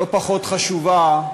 לא פחות חשובה,